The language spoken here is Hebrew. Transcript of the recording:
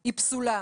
היא פסולה,